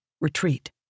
retreat